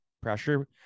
pressure